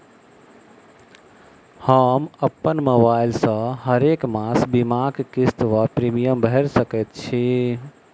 हम अप्पन मोबाइल सँ हरेक मास बीमाक किस्त वा प्रिमियम भैर सकैत छी?